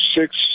six